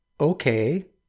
Okay